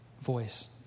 Voice